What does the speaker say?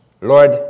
Lord